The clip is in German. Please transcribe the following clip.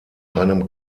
einem